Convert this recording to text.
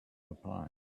reply